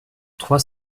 trois